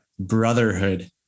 brotherhood